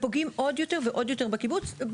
ופוגעים עוד יותר ועוד יותר בציבור,